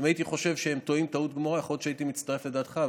אם הייתי חושב שהם טועים טעות גמורה יכול להיות שהייתי מצטרף לדעתך,